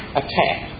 attack